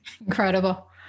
Incredible